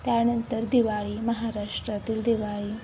त्यानंतर दिवाळी महाराष्ट्रातील दिवाळी